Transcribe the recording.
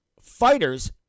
fighters